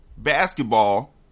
Basketball